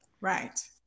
right